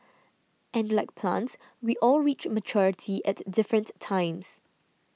and like plants we all reach maturity at different times